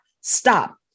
stop